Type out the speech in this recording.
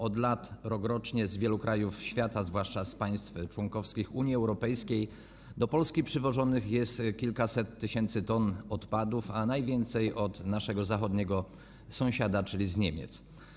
Od lat rokrocznie z wielu krajów świata, zwłaszcza z państw członkowskich Unii Europejskiej, do Polski przywożonych jest kilkaset tysięcy ton odpadów, a najwięcej od naszego zachodniego sąsiada, czyli z Niemiec.